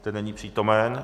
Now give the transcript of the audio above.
Ten není přítomen.